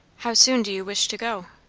how soon do you wish to go?